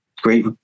great